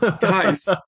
guys